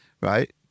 Right